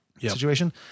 situation